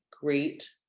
great